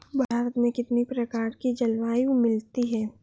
भारत में कितनी प्रकार की जलवायु मिलती है?